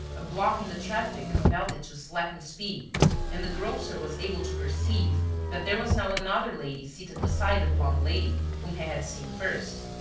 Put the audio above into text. a block in the traffic compelled it to slacken speed and the grocer was able to perceive that there was now another lady seated beside the blonde lady whom he had seen first.